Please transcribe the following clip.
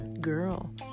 girl